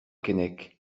keinec